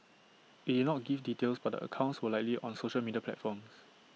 IT did not give details but the accounts were likely on social media platforms